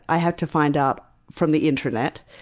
i had to find out from the internet,